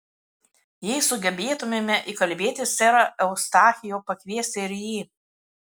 jei sugebėtumėme įkalbėti serą eustachijų pakviesti ir jį